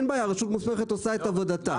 אין בעיה הרשות המוסמכת עושה את עבודתה.